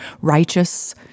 Righteous